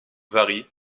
varie